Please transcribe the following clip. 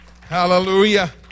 Hallelujah